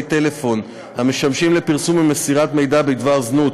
טלפון המשמשים לפרסום ומסירת מידע בדבר זנות,